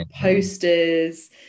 posters